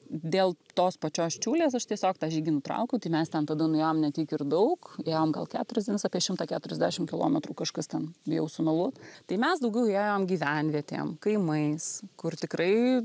dėl tos pačios čiulės aš tiesiog tą žygį nutraukiau tai mes ten tada nuėjom ne tiek ir daug ėjom gal keturias dienas apie šimtą keturiasdešim kilometrų kažkas ten bijau sumeluot tai mes daugiau ėjom gyvenvietėm kaimais kur tikrai